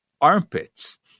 armpits